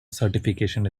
certification